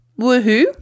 woohoo